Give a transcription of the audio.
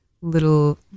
little